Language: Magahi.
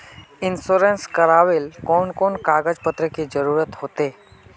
इंश्योरेंस करावेल कोन कोन कागज पत्र की जरूरत होते?